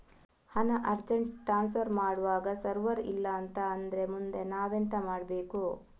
ಹಣ urgent transfer ಮಾಡ್ವಾಗ server ಇಲ್ಲಾಂತ ಆದ್ರೆ ಮುಂದೆ ನಾವೆಂತ ಮಾಡ್ಬೇಕು?